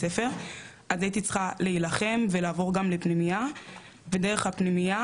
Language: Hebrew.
הייתי צריכה להילחם ולעבור גם לפנימייה ודרך הפנימייה